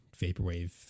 vaporwave